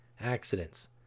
accidents